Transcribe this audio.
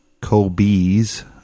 Colby's